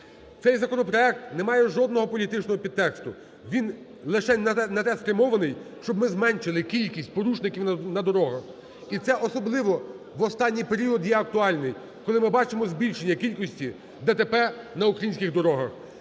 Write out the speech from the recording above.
Цей законопроект не має жодного політичного підтексту, він лишень на те спрямований, щоб ми зменшили кількість порушників на дорогах, і це особливо в останній період є актуальним, коли ми бачимо збільшення кількості ДТП на українських дорогах.